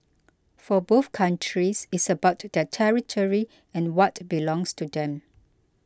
for both countries it's about their territory and what belongs to them